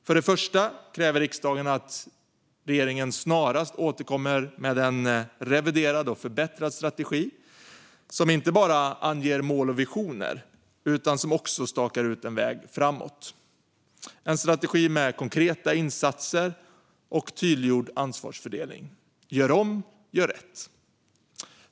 För det första kräver riksdagen att regeringen snarast återkommer med en reviderad och förbättrad strategi som inte bara anger mål och visioner utan också stakar ut en väg framåt, en strategi med konkreta insatser och tydliggjord ansvarsfördelning. Gör om! Gör rätt!